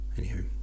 Anywho